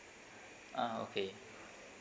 ah okay